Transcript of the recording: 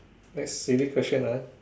next silly question ah